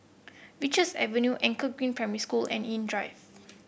Richards Avenue Anchor Green Primary School and Nim Drive